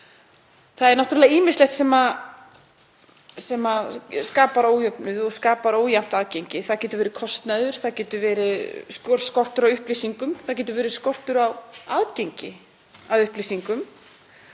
Það er náttúrlega ýmislegt sem skapar ójöfnuð og skapar ójafnt aðgengi. Það getur verið kostnaður, getur verið skortur á upplýsingum, það getur verið skortur á aðgengi að upplýsingum,